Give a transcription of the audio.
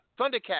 Thundercat